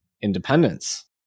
independence